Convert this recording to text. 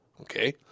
okay